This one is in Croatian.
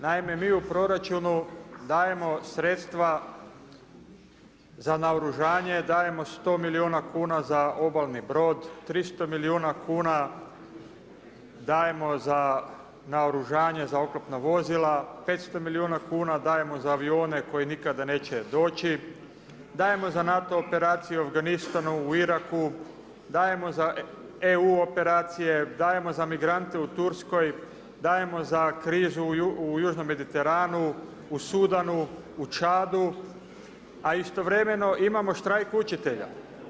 Naime, mi u proračunu, dajemo sredstva za naoružanje, dajemo 100 milijuna kn za obalni brod, 300 milijuna kn dajemo za naoružanje, za okapna vozila, 500 milijuna kn dajemo za avione, koje nikada neće doći, dajemo za NATO operacije u Afganistanu, u Iraku, dajemo za EU operacije, dajemo za migrante u Turskoj, dajemo za krizu u Južnom Mediteranu, u Sudanu, u Čadu, a istovremeno imamo štrajk učitelja.